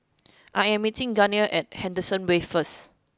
I am meeting Gunnar at Henderson Wave first